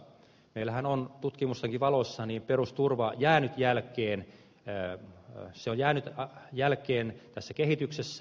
meillähän on tutkimustenkin valossa perusturva jäänyt jälkien käyttöä se on jäänyt jälkeen tässä kehityksessä